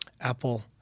Apple